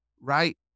right